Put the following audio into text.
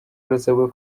rurasabwa